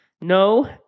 No